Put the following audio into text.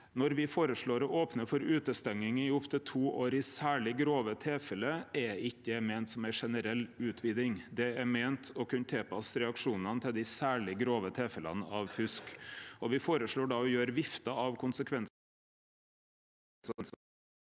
Når me føreslår å opne for utestenging i opptil to år i særleg grove tilfelle, er ikkje det meint som ei generell utviding. Det er meint å kunne tilpasse reaksjonane til dei særleg grove tilfella av fusk. Me føreslår å gjere vifta av konsekvensar